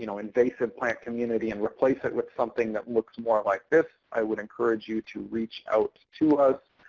you know invasive plant community and replace it with something that looks more like this i would encourage you to reach out to us.